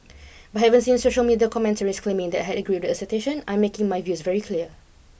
but having seen social media commentaries claiming that I had agreed the assertion I'm making my views very clear